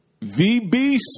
VBC